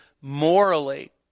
morally